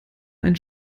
ein